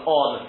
on